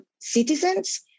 Citizens